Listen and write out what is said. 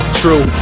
true